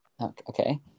Okay